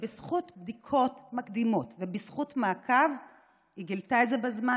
בזכות בדיקות מקדימות ובזכות מעקב היא גילתה את זה בזמן,